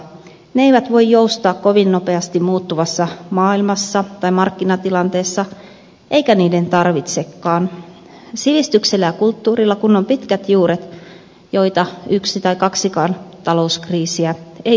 ne eivät voi joustaa kovin nopeasti muuttuvassa maailmassa tai markkinatilanteessa eikä niiden tarvitsekaan sivistyksellä ja kulttuurilla kun on pitkät juuret joita yksi tai kaksikaan talouskriisiä ei saisi heiluttaa